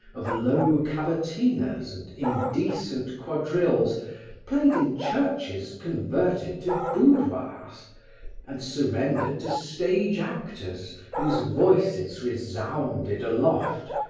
of low cavatinas and indecent quadrilles played in churches converted to boudoirs and surrendered to stage actors whose voices resounded aloft,